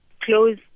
close